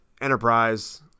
Enterprise